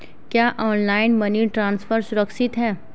क्या online money transfer सुरक्षित है?